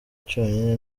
cyonyine